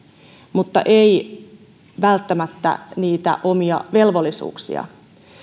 mutta eivät välttämättä niitä omia velvollisuuksiaan